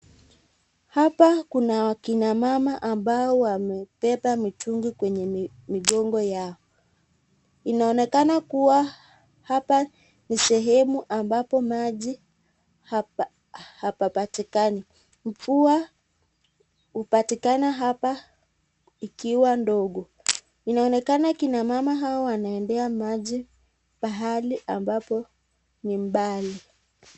Hapa kuna akina mama ambao wamebeba mitungi kwenye migongo yao inaonekana kuwa hapa ni sehemu ambapo maji hapapatikani. Mvua hupatikana hapa ikiwa ndogo inaonekana kina mama hawa wanaendea maji pahali ambapo ni mbali.